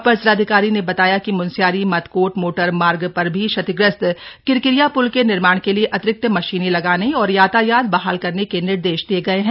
अपर जिलाधिकारी ने बताया कि मुनस्यारी मदकोट मोटरमार्ग पर भी क्षतिग्रस्त किरकिरिया प्ल के निर्माण के लिये अतिरिक्त मशीनें लगाने और यातायात बहाल करने के निर्देश दिये गए हैं